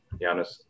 Giannis